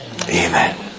Amen